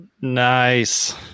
Nice